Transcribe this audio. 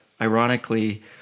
ironically